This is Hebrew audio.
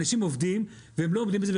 אנשים עובדים והם לא עומדים בזה,